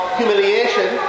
humiliation